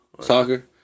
soccer